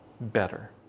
better